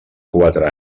quatre